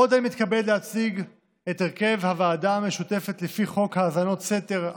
עוד אני מתכבד להציג את הרכב הוועדה המשותפת לפי חוק האזנות סתר,